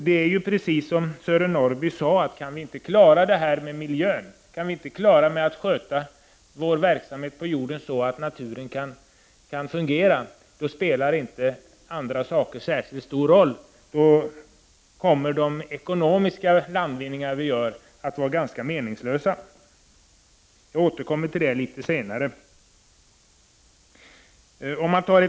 Det är precis som Sören Norrby säger, om vi inte kan klara av att sköta vår verksamhet på jorden så att naturen kan fungera, spelar inte andra saker någon särskilt stor roll. De ekonomiska landvinningar vi gör kommer att vara ganska meningslösa. Jag återkommer till det senare.